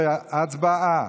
15, הצבעה.